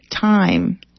time